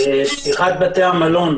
פתיחת בתי המלון